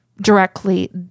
directly